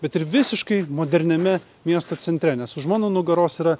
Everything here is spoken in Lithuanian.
bet ir visiškai moderniame miesto centre nes už mano nugaros yra